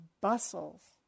bustles